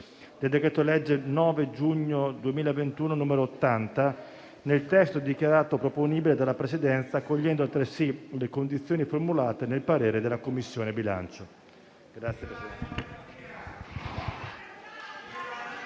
del decreto-legge 9 giugno 2021, n. 80, nel testo dichiarato proponibile dalla Presidenza, accogliendo altresì le condizioni formulate nel parere della Commissione bilancio.